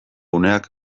uneak